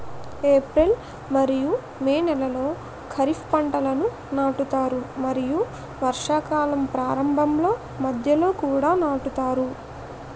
April మరియు May నెలలో ఖరీఫ్ పంటలను నాటుతారు మరియు వర్షాకాలం ప్రారంభంలో మధ్యలో కూడా నాటుతారు